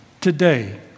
today